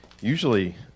Usually